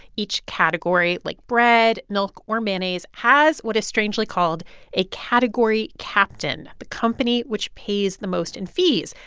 each category, like bread, milk or mayonnaise, has what is strangely called a category captain, the company which pays the most in fees.